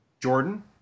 Jordan